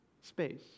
space